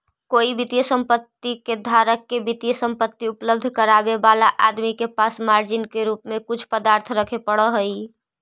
कोई वित्तीय संपत्ति के धारक के वित्तीय संपत्ति उपलब्ध करावे वाला आदमी के पास मार्जिन के रूप में कुछ पदार्थ रखे पड़ऽ हई